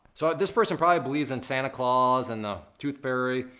so this person probably believes in santa claus and the tooth fairy.